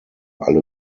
alle